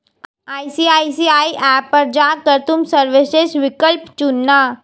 ICICI app पर जा कर तुम सर्विसेस विकल्प चुनना